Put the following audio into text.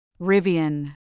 Rivian